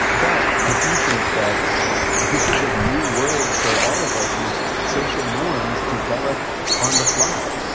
but i do think that this is a new world for all of us. and social norms develop on the fly.